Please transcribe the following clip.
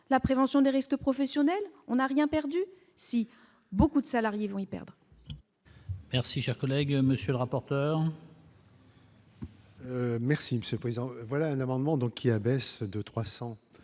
la prévention des risques professionnels, on n'a rien perdu, si beaucoup de salariés vont y perdent. Merci, chers collègue monsieur le rapporteur. Merci Monsieur le Président, voilà un amendement, donc il y a baisse de 300